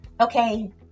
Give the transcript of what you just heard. Okay